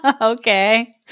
Okay